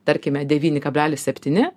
tarkime devyni kablelis septyni